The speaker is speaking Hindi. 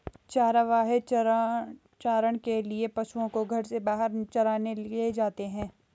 चरवाहे चारण के लिए पशुओं को घर से बाहर चराने ले जाते हैं